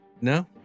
No